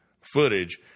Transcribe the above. footage